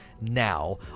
now